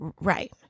Right